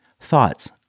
thoughts